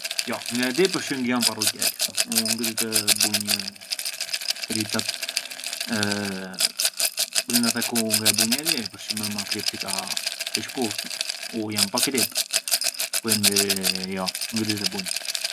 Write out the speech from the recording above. Jo ngë e di përçë ngë jam paruqerë, u ngë di të bunj tricat. Brënda te ku ngë e bunë njeri përçë mëma kript i ka të shkturtur, u jam pa kripë, quindi jo, ngë di t’i bunj.